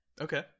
Okay